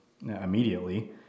immediately